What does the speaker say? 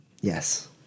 Yes